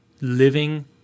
living